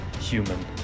human